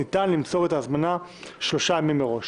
ניתן למסור את ההזמנה שלושה ימים מראש.